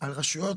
על רשויות